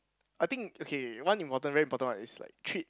I think okay one important very important one is like treat